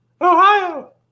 Ohio